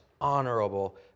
honorable